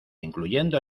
incluyendo